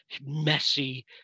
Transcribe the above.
messy